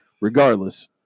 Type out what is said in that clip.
Regardless